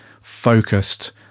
focused